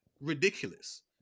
Ridiculous